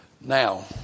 Now